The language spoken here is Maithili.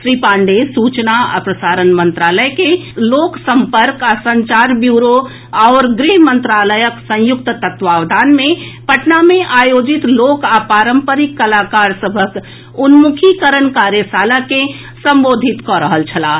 श्री पांडेय सूचना आ प्रसारण मंत्रालय के लोक संपर्क आ संचार ब्यूरो आओर गृह मंत्रालयक संयुक्त तत्वावधान मे पटना मे आयोजित लोक आ पारम्परिक कलाकार सभक उन्मुखीकरण कार्यशाला के संबोधित कऽ रहल छलाह